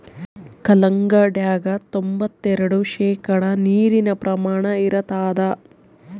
ಕಲ್ಲಂಗಡ್ಯಾಗ ತೊಂಬತ್ತೆರೆಡು ಶೇಕಡಾ ನೀರಿನ ಪ್ರಮಾಣ ಇರತಾದ